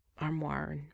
armoire